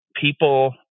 people